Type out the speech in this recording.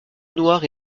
noire